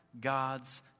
God's